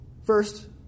First